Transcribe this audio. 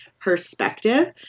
Perspective